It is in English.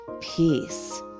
peace